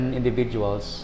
individuals